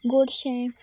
गोडशें